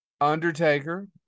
Undertaker